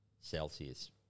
Celsius